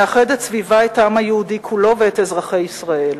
מאחדת סביבה את העם היהודי כולו ואת אזרחי ישראל.